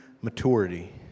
maturity